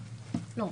לא,